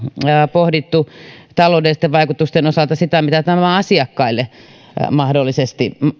pohdittu taloudellisten vaikutusten osalta sitä maksaako tämä asiakkaille mahdollisesti